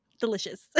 Delicious